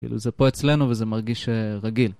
כאילו זה פה אצלנו וזה מרגיש רגיל.